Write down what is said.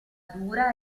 dura